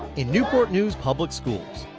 in newport news public schools,